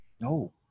No